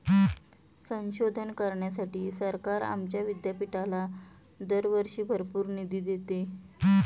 संशोधन करण्यासाठी सरकार आमच्या विद्यापीठाला दरवर्षी भरपूर निधी देते